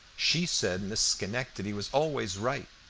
she said miss schenectady was always right,